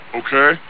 okay